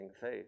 faith